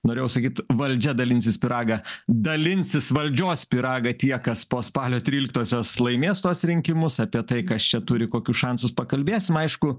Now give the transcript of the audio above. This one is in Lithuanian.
norėjau sakyt valdžia dalinsis pyragą dalinsis valdžios pyragą tie kas po spalio tryliktosios laimės tuos rinkimus apie tai kas čia turi kokius šansus pakalbėsim aišku